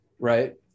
right